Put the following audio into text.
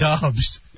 Dubs